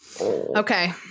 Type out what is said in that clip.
okay